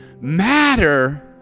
matter